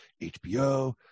HBO